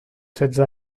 setze